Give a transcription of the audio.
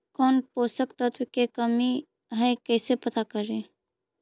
कौन पोषक तत्ब के कमी है कैसे पता करि?